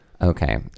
okay